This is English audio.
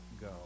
go